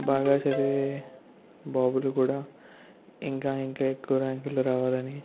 బాగా చదివే బాబులు కూడా ఇంకా ఇంకా ఎక్కువ ర్యాంకులు రావాలని